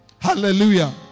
Hallelujah